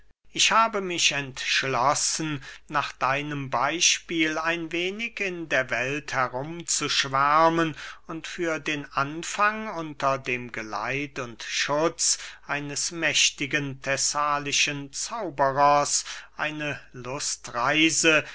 ich habe mich entschlossen nach deinem beyspiel ein wenig in der welt herum zu schwärmen und für den anfang unter dem geleit und schutz eines mächtigen thessalischen zauberers eine lustreise